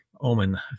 omen